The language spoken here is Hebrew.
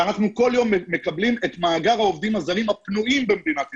ואנחנו כל יום מקבלים את מאגר העובדים הזרים הפנויים במדינת ישראל.